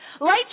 Light